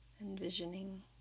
envisioning